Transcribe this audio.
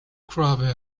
gravel